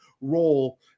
role